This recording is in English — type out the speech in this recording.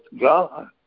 God